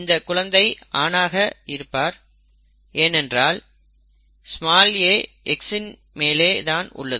இந்தக் குழந்தை ஆணாக இருப்பார் ஏனென்றால் a X இன் மேலே தான் உள்ளது